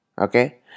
okay